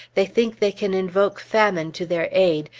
they think they can invoke famine to their aid,